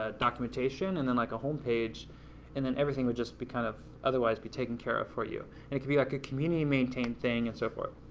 ah documentation and then like a home page and then everything would just be kind of otherwise be taken care of for you and it could be like a community maintained thing and so forth,